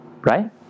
Right